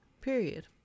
Period